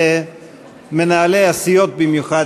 ומנהלי הסיעות במיוחד,